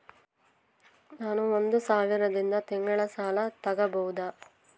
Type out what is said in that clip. ನಾನು ಒಂದು ಸಾವಿರದಿಂದ ತಿಂಗಳ ಸಾಲ ತಗಬಹುದಾ?